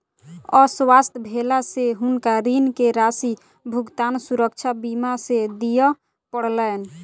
अस्वस्थ भेला से हुनका ऋण के राशि भुगतान सुरक्षा बीमा से दिय पड़लैन